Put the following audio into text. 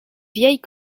vieille